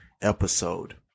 episode